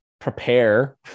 prepare